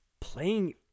playing